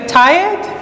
tired